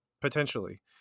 potentially